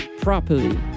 properly